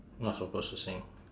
not supposed to sing